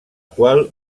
qual